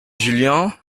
juillan